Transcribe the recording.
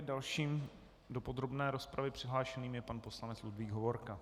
Dalším do podrobné rozpravy přihlášeným je pan poslanec Ludvík Hovorka.